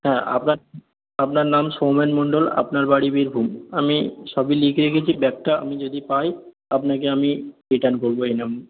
হ্যাঁ আপনার আপনার নাম সৌমেন মন্ডল আপনার বাড়ি বীরভূম আমি সবই লিখে রেখেছি ব্যাগটা আমি যদি পাই আপনাকে আমি রিটার্ন করবো এই নাম